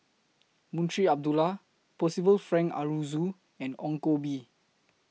Munshi Abdullah Percival Frank Aroozoo and Ong Koh Bee